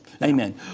Amen